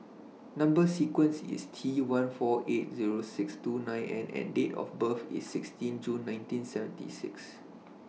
Number sequence IS T one four eight Zero six two nine N and Date of birth IS sixteen June nineteen seventy six